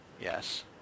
Yes